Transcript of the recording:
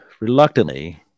reluctantly